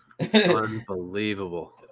Unbelievable